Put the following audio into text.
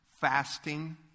fasting